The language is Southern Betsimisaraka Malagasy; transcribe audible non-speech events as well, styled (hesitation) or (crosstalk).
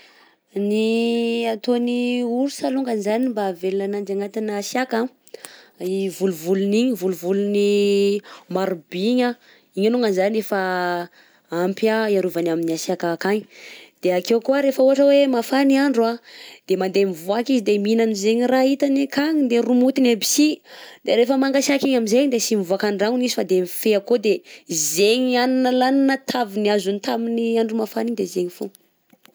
Ny (hesitation) ataony ours alongany zany mba avelognanjy agnaty hasiaka an: i volovolony igny, volovolony maro by igny igny alongany zany efa (hesitation) ampy hiarovany amina hatsiaka akagny, de akeo koà rehefa mafana andro an de mandeha mivoaka izy de mihinana zegny raha hitany akagny de romotiny aby sy de rehefa mangatsiaka igny aminjegny de tsy mivoaka andragnony izy fa de mifehy akao de zegny hanina laniny na taviny azony tamin'ny andro mafana igny de zegny fogna.